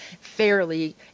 fairly